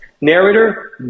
narrator